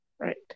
right